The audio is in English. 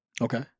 Okay